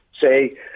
say